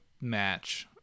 match